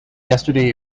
yesterday